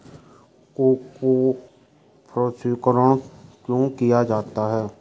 Cocoa प्रसंस्करण क्यों किया जाता है?